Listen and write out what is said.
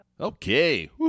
Okay